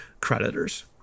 creditors